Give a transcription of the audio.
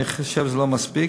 שזה לא מספיק.